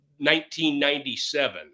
1997